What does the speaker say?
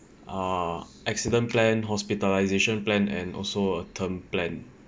uh accident plan hospitalisation plan and also a term plan